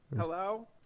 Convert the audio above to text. Hello